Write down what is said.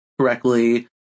correctly